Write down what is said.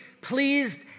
pleased